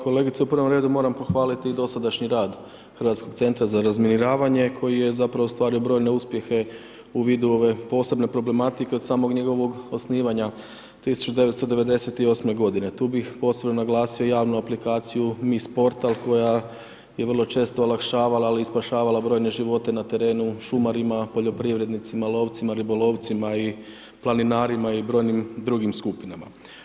Kolegice u prvom redu moram pohvaliti i dosadašnji rad Hrvatskom centru za razminiravanje, koji je zapravo ostvario brojne uspjehe u vidu ove posebne problematike od samog njegovog osnivanja 1998. g. Tu bi posebno naglasio javnu aplikaciju miss portal, koja je vrlo često olakšavala ali i spašavala brojne živote na terenu šumarima, poljoprivrednicima, lovcima, ribolovcima, i planinarima i brojnim drugim skupinama.